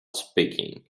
speaking